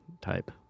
type